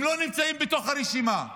הם לא נמצאים בתוך הרשימה.